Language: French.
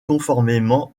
conformément